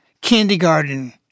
kindergarten